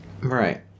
right